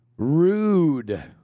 rude